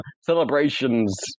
Celebrations